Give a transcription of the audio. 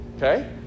Okay